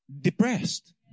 depressed